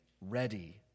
ready